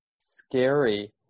scary